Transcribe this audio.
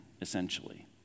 essentially